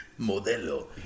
Modelo